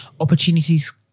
opportunities